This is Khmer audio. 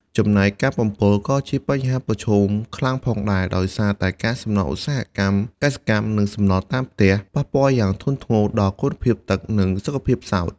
ចំណែក ការបំពុលក៏ជាបញ្ហាប្រឈមខ្លាំងផងដែរ ដោយសារតែកាកសំណល់ឧស្សាហកម្ម កសិកម្ម និងសំណល់តាមផ្ទះ ប៉ះពាល់យ៉ាងធ្ងន់ធ្ងរដល់គុណភាពទឹក និងសុខភាពផ្សោត។